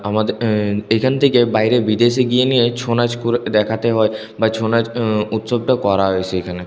আমাদের এখান থেকে বাইরে বিদেশে গিয়ে নিয়ে ছৌ নাচ করে দেখাতে হয় বা ছৌ নাচ উৎসবটাও করা হয় সেখানে